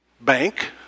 bank